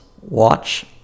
watch